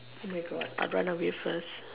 oh my God I run away first